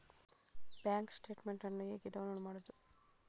Bank statement ಅನ್ನು ಹೇಗೆ download ಮಾಡುವುದು?